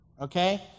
Okay